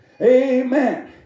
Amen